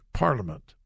parliament